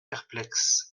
perplexes